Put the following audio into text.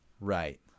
Right